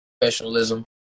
professionalism